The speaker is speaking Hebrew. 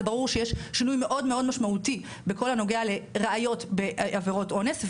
ברור שיש שינוי מאוד משמעותי בכל הנוגע לראיות בעבירות אונס.